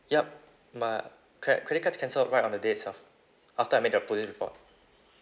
yup my cr~ credit cards cancelled right on the day itself after I made the police report